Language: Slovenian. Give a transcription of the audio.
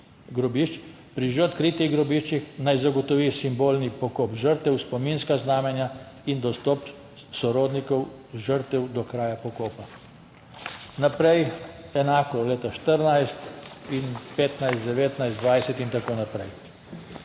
pri že odkritih grobiščih naj zagotovi simbolni pokop žrtev, spominska znamenja in dostop sorodnikov žrtev do kraja pokopa.« Naprej enako leta 2014 in 2015, 2019, 2020 in tako naprej.